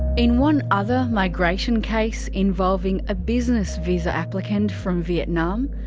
in one other migration case, involving a business visa applicant from vietnam,